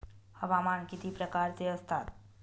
हवामान किती प्रकारचे असतात?